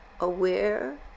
Aware